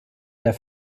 der